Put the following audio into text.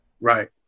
Right